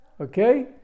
okay